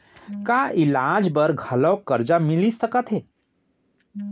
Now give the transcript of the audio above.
का इलाज बर घलव करजा मिलिस सकत हे?